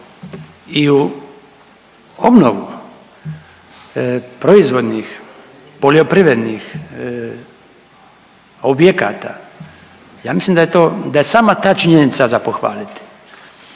i u obnovu proizvodnih, poljoprivrednih objekata, ja mislim da je to, da je sama ta činjenica za pohvaliti.